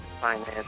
finance